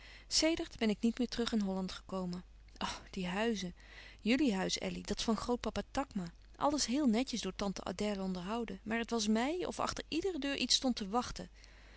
sedert ben ik niet meer terug in holland gekomen o die huizen jullie huis elly dat van grootpapa takma alles heel netjes door tante adèle onderhouden maar het was mij of achter iedere deur iets stond te wachten